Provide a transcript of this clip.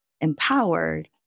empowered